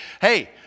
Hey